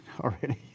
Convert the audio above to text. already